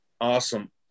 Awesome